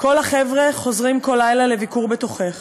"כל החבר'ה חוזרים כל לילה לביקור בתוכך /